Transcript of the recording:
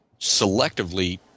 selectively